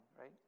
right